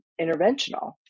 interventional